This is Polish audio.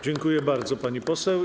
Dziękuję bardzo, pani poseł.